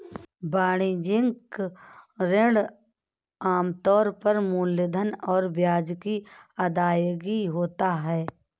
वाणिज्यिक ऋण आम तौर पर मूलधन और ब्याज की अदायगी होता है